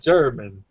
German